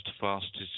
fastest